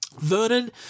Vernon